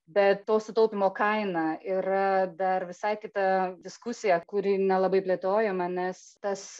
bet to sutaupymo kaina yra dar visai kita diskusija kuri nelabai plėtojama nes tas